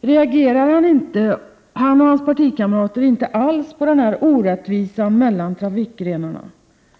Reagerar inte han och hans partikamrater alls på denna orättvisa mellan trafikgrenarna?